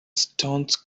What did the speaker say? stones